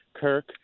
kirk